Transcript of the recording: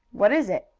what is it?